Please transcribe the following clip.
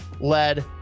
led